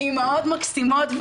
אמהות מקסימות.